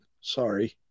Sorry